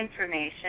information